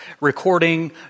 recording